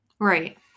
Right